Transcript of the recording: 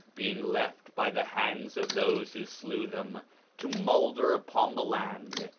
being left by the hands of those who slew them to molder upon the land,